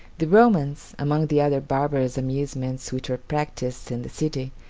the romans, among the other barbarous amusements which were practiced in the city,